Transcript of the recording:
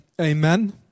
Amen